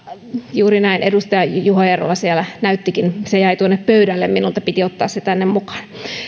juuri näin edustaja juho eerola siellä näyttikin se jäi minulta tuonne pöydälle piti ottaa se tänne mukaan